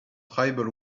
tribal